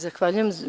Zahvaljujem.